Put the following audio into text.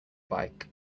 bike